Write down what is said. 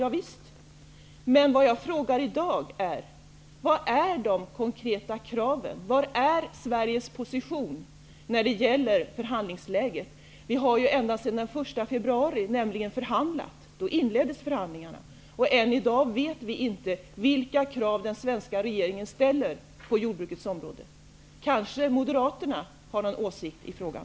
Ja visst, men det som jag i dag frågar är: Vilka är de konkreta kraven? Var är Sveriges position när det gäller förhandlingsläget? Vi har ju förhandlat ända sedan den 1 februari. Då inleddes förhandlingarna. Än i dag vet vi inte vilka krav som den svenska regeringen ställer på jordbrukets område. Kanske har Moderaterna någon åsikt i frågan.